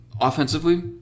Offensively